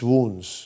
Wounds